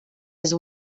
his